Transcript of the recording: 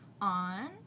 on